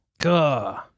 Gah